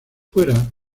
fuera